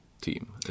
team